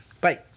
Bye